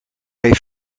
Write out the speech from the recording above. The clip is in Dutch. hij